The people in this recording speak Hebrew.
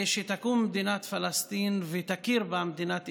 שתקום מדינת פלסטין ותכיר במדינת ישראל,